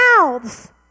mouths